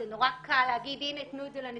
זה נורא קל להגיד, הנה, תנו את זה לנציבות.